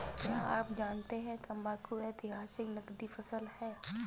क्या आप जानते है तंबाकू ऐतिहासिक नकदी फसल है